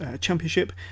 Championship